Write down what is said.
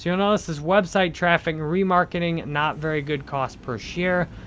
you'll notice, this website traffic and remarketing, not very good cost per share,